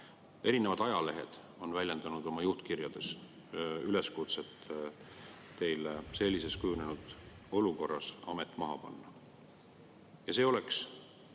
Erinevad ajalehed on väljendanud oma juhtkirjades üleskutset teile selliseks kujunenud olukorras amet maha panna. See oleks